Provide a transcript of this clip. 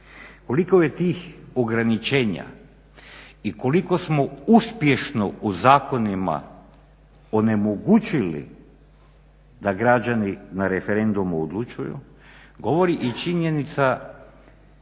Koliko je tih ograničenja i koliko smo uspješno u zakonima onemogućili da građani na referendumi odlučuju govori i činjenica